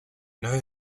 know